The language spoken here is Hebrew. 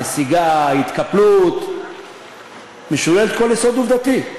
נסיגה או התקפלות היא משוללת כל יסוד עובדתי.